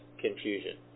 confusion